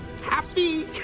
happy